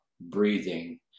breathing